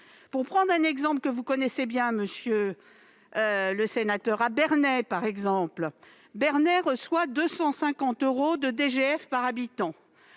Pour prendre un exemple que vous connaissez bien, monsieur le sénateur, la commune de Bernay reçoit 250 euros de DGF par habitant,